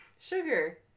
sugar